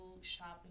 shopping